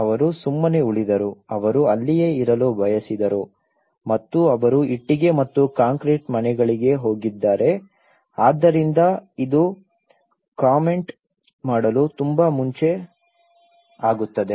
ಅವರು ಸುಮ್ಮನೆ ಉಳಿದರು ಅವರು ಅಲ್ಲಿಯೇ ಇರಲು ಬಯಸಿದ್ದರು ಮತ್ತು ಅವರು ಇಟ್ಟಿಗೆ ಮತ್ತು ಕಾಂಕ್ರೀಟ್ ಮನೆಗಳಿಗೆ ಹೋಗಿದ್ದಾರೆ ಆದ್ದರಿಂದ ಇದು ಕಾಮೆಂಟ್ ಮಾಡಲು ತುಂಬಾ ಮುಂಚೆ ಆಗುತ್ತದೆ